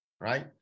right